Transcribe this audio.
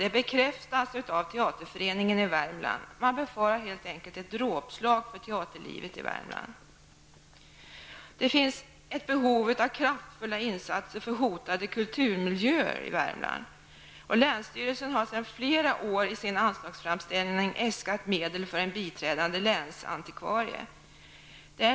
Detta bekräftas av teaterföreningen i Värmland. Man befarar helt enkelt ett dråpslag mot teaterlivet där. Det finns ett behov av kraftfulla insatser för hotade kulturmiljöer i Värmland. Länsstyrelsen i Värmlands län har sedan flera år i sin anslagsframställning äskat medel för en biträdande länsantikvarie.